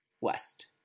West